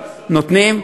נותנים.